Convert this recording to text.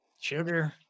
Sugar